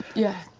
yeah.